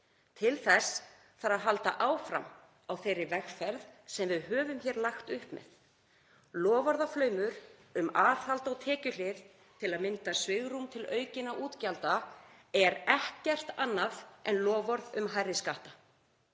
Til þess þarf að halda áfram á þeirri vegferð sem við höfum hér lagt upp með. Loforðaflaumur um aðhald á tekjuhlið til að mynda svigrúm til aukinna útgjalda er ekkert annað en loforð um hærri skatta.